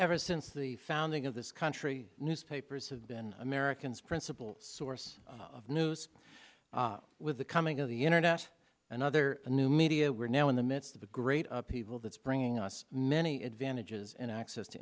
ever since the founding of this country newspapers have been americans principal source of news with the coming of the internet and other new media we're now in the midst of a great upheaval that's bringing us many advantages and access to